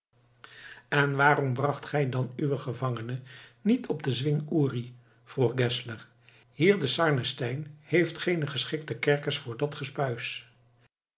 en waarom bracht gij dan uwe gevangenen niet op den zwing uri vroeg geszler hier de sarnenstein heeft geene geschikte kerkers voor dat